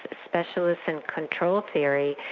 specialists in control theory,